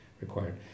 required